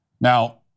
Now